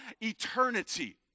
eternity